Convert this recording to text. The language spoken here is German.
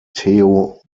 theo